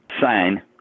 sign